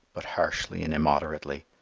but harshly and immoderately.